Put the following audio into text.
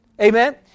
Amen